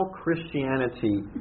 Christianity